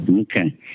Okay